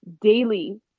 daily